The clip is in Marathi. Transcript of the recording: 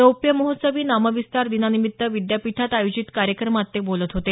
रौप्य महोत्सवी नामविस्तार दिनानिमित्त विद्यापीठात आयोजित कार्यक्रमात ते बोलत होते